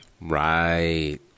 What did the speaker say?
Right